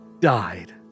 died